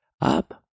up